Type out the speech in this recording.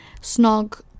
Snog